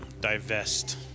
Divest